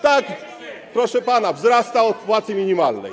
Tak, proszę pana, wzrasta - od płacy minimalnej.